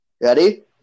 Ready